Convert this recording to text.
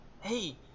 Hey